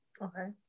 Okay